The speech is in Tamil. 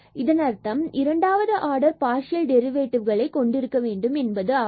இதன் அர்த்தம் இரண்டாவது ஆர்டர் பார்சியல் டெரிவேட்டிவ் கொண்டிருக்க வேண்டும் என்பதாகும்